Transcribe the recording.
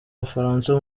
bufaransa